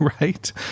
right